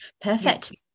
Perfect